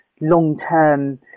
long-term